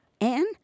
Anne